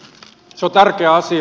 se on tärkeä asia